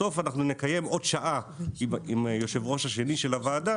בסוף אנחנו נקיים עוד שעה עם יושב הראש השני של הוועדה,